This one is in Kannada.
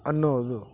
ಅನ್ನೋದು